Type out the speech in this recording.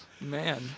Man